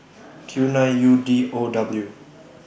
Q nine U D O W